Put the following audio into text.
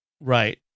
right